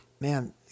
man